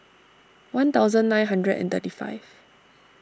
one thousand nine hundred and thirty five